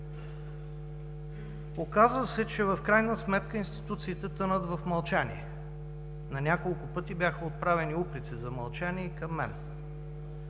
Оказва се, че в крайна сметка институциите тънат в мълчание. На няколко пъти бяха отправени упреци за мълчание и към мен.